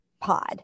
pod